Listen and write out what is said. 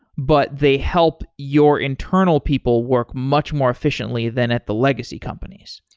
but they help your internal people work much more efficiently than at the legacy companies.